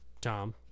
tom